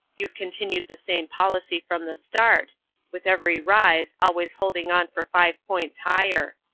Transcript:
you've continued the same policy from the start with every rise, always holding on for five points higher.